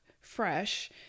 fresh